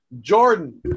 Jordan